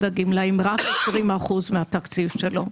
הגמלאים - הוציא 20 אחוזים מהתקציב שלו.